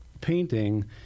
painting